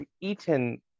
eaten